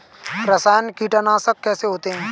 रासायनिक कीटनाशक कैसे होते हैं?